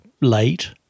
late